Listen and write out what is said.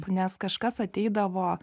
nes kažkas ateidavo